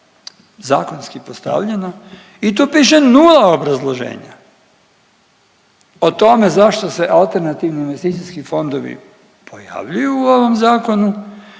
zakonski postavljeno i tu piše nula obrazloženja o tome zašto se alternativni investicijskih fondovi pojavljuju u ovom zakonu